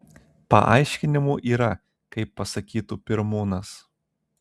paaiškinimų yra kaip pasakytų pirmūnas